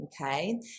okay